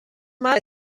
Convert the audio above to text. mal